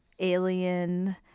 alien